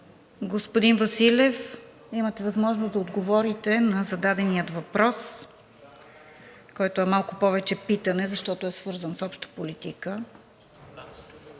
Господин Василев, имате възможност да отговорите на зададения въпрос, който е малко повече питане, защото е свързан с обща политика.